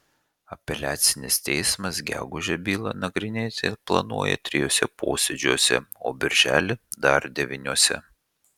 apeliacinis teismas gegužę bylą nagrinėti planuoja trijuose posėdžiuose o birželį dar devyniuose